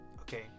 Okay